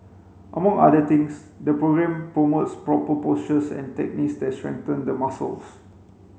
among other things the programme promotes proper postures and techniques that strengthen the muscles